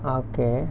okay